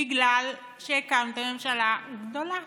בגלל שהקמתם ממשלה גדולה.